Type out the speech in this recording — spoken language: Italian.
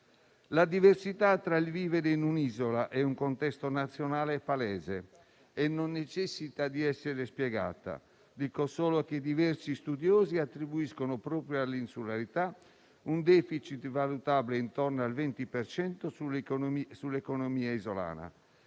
La diversità tra il vivere su un'isola e in un contesto nazionale è palese e non necessita di essere spiegata. Dico solo che diversi studiosi attribuiscono proprio all'insularità un *deficit* valutabile intorno al 20 per cento sull'economia isolana;